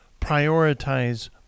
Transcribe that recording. prioritize